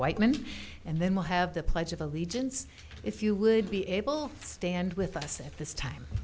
whiteman and then we'll have the pledge of allegiance if you would be able to stand with us at this time